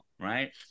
right